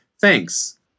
Thanks